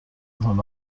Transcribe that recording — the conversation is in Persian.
حال